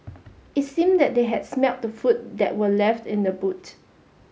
it seemed that they had smelt the food that were left in the boot